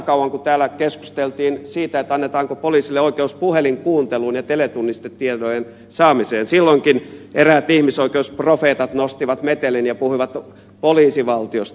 kun täällä keskusteltiin siitä annetaanko poliisille oikeus puhelinkuunteluun ja teletunnistetietojen saamiseen silloinkin eräät ihmisoikeusprofeetat nostivat metelin ja puhuivat poliisivaltiosta